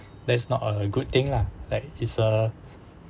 that's not a good thing lah like it's a